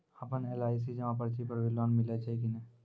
आपन एल.आई.सी जमा पर्ची पर भी लोन मिलै छै कि नै?